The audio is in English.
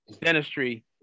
dentistry